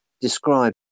describe